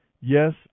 Yes